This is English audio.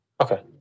Okay